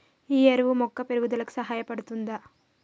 ఈ ఎరువు మొక్క పెరుగుదలకు సహాయపడుతదా?